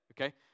okay